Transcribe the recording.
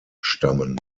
stammen